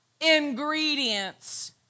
ingredients